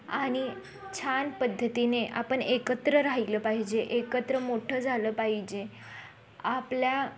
आणि छान पद्धतीने आपण एकत्र राहिलं पाहिजे एकत्र मोठं झालं पाहिजे आपल्या